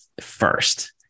first